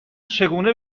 چگونه